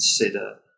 consider